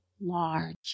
large